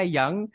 young